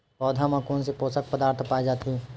पौधा मा कोन से पोषक पदार्थ पाए जाथे?